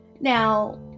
Now